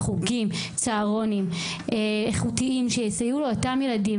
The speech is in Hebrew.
חוגים, צהרונים איכותיים שיסייעו לאותם ילדים.